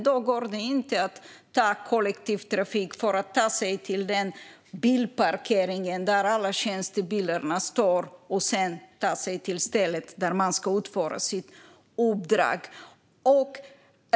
Då går det inte att med hjälp av kollektivtrafik ta sig till den bilparkering där alla tjänstebilarna står för att sedan ta sig till stället där man ska utföra sitt uppdrag.